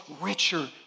richer